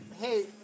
Hey